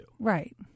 Right